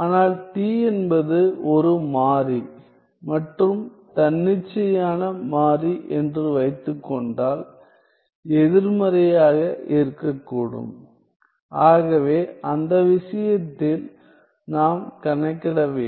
ஆனால் t என்பது ஒரு மாறி மற்றும் தன்னிச்சையான மாறி என்று வைத்துக்கொண்டால் எதிர்மறையாக இருக்கக்கூடும் ஆகவே அந்த விஷயத்தில் நாம் கணக்கிட வேண்டும்